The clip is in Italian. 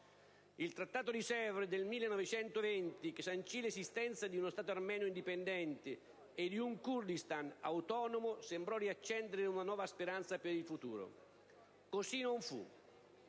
Il Trattato di Sèvres del 1920 che sancì l'esistenza di uno Stato armeno indipendente e di un Kurdistan autonomo sembrò riaccendere una nuova speranza per il futuro; così non fu.